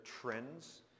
trends